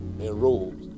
enrolled